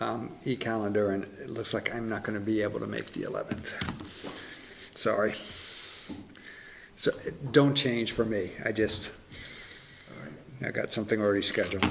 my calendar and it looks like i'm not going to be able to make the eleven sorry so don't change for me i just got something already scheduled